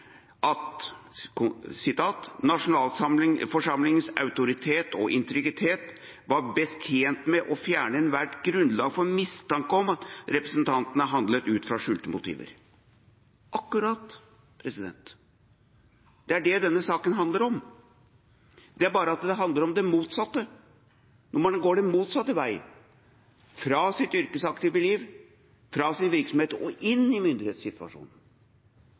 Stortinget, var begrunnelsen at nasjonalforsamlingens autoritet og integritet var best tjent med å fjerne ethvert grunnlag for mistanke om at representantene handler ut fra skjulte motiver». Akkurat – det er det denne saken handler om, bare det at den handler om det motsatte, nemlig når man går motsatt vei, fra sitt yrkesaktive liv, fra sivil virksomhet, og inn i